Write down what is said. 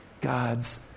God's